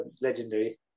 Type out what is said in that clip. legendary